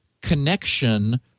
connection